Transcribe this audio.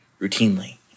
routinely